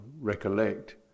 recollect